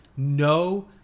No